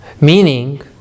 Meaning